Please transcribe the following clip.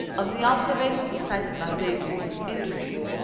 of the observation excited by daisy's intrigue,